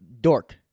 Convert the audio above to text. Dork